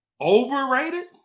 Overrated